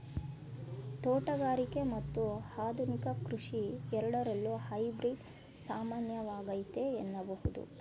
ತೋಟಗಾರಿಕೆ ಮತ್ತು ಆಧುನಿಕ ಕೃಷಿ ಎರಡರಲ್ಲೂ ಹೈಬ್ರಿಡ್ ಸಾಮಾನ್ಯವಾಗೈತೆ ಎನ್ನಬಹುದು